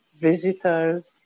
visitors